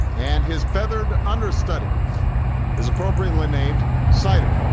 and his feathered understudy is appropriately named, cider.